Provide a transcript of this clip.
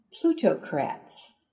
plutocrats